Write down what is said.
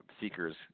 seekers